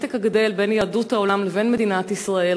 בנתק הגדל בין יהדות העולם לבין מדינת ישראל,